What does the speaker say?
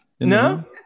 No